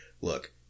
look